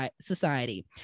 Society